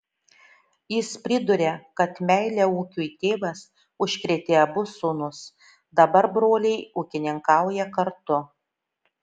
jis priduria kad meile ūkiui tėvas užkrėtė abu sūnus dabar broliai ūkininkauja kartu